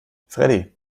freddie